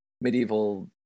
medieval